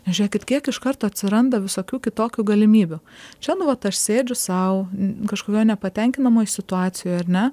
žiūrėkit kiek iš karto atsiranda visokių kitokių galimybių čia nu vat aš sėdžiu sau kažkokioj nepatenkinamoj situacijoj ar ne